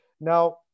Now